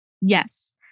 Yes